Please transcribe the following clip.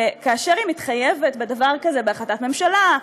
כאשר היא מתחייבת בדבר כזה בהחלטת ממשלה,